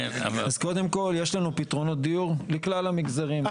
אז קודם כל, יש לנו פתרונות דיור לכלל המגזרים.